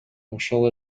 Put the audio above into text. ошол